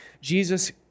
Jesus